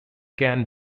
can